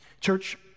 Church